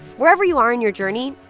wherever you are in your journey,